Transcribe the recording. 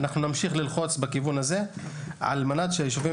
אנחנו נמשיך ללחוץ בכיוון הזה על מנת שהיישובים